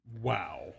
Wow